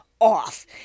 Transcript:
off